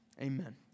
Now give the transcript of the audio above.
Amen